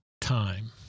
time